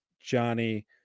Johnny